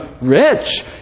rich